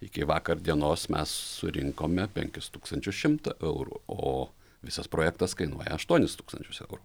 iki vakar dienos mes surinkome penkis tūkstančius šimtą eurų o visas projektas kainuoja aštuonis tūkstančius eurų